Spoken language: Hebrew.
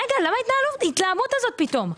רגע, למה ההתלהמות הזאת פתאום?